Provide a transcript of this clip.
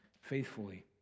faithfully